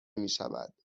میشود